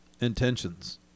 intentions